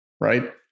right